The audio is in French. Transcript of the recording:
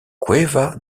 cueva